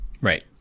right